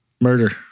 Murder